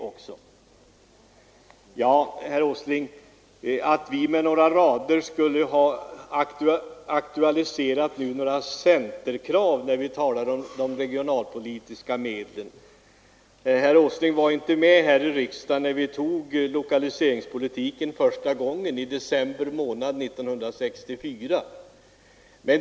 Herr Åsling säger att utskottet med några rader skulle ha aktualiserat centerkrav när vi talar om de regionalpolitiska medlen. Herr Åsling var inte med i riksdagen när vi tog lokaliseringspolitiken första gången, i december 1964.